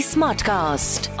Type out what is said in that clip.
Smartcast